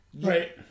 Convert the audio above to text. right